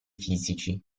fisici